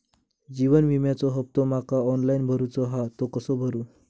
जीवन विम्याचो हफ्तो माका ऑनलाइन भरूचो हा तो कसो भरू?